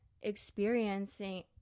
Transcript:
experiencing